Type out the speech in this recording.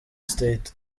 state